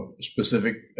specific